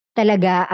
talaga